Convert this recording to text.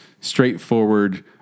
straightforward